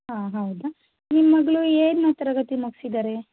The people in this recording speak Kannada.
ಹಾಂ ಹೌದಾ ನಿಮ್ಮ ಮಗಳು ಏನು ತರಗತಿ ಮುಗಿಸಿದ್ದಾರೆ